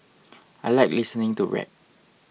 I like listening to rap